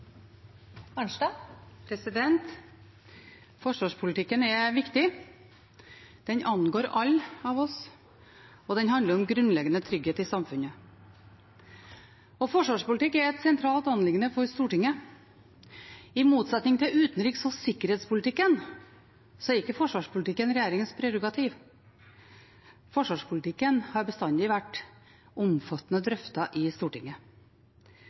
den handler om grunnleggende trygghet i samfunnet. Forsvarspolitikk er et sentralt anliggende for Stortinget. I motsetning til utenriks- og sikkerhetspolitikken er ikke forsvarspolitikken regjeringens prerogativ. Forsvarspolitikken har bestandig vært omfattende drøftet i Stortinget.